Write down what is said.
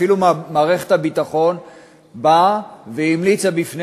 אפילו מערכת הביטחון באה והמליצה לפני